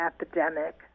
epidemic